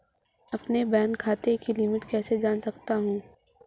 अपने बैंक खाते की लिमिट कैसे जान सकता हूं?